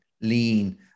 Lean